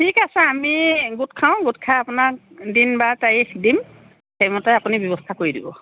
ঠিক আছে আমি গোট খাওঁ গোট খাই আপোনাক দিন বাৰ তাৰিখ দিম সেই মতে আপুনি ব্যৱস্থা কৰি দিব